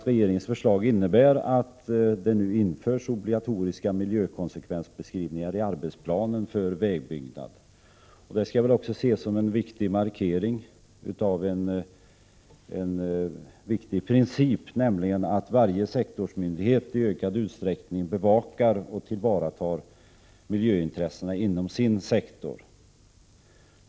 Regeringens förslag innebär att det nu införs obligatoriska miljökonsekvensbeskrivningar i arbetsplanen för vägbyggnad. Detta skall ses som en markering av en viktig princip, nämligen att varje sektorsmyndighet i ökad utsträckning skall bevaka och tillvarata miljöintressena inom sin sektor.